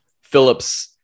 Phillips